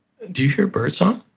do you hear bird song?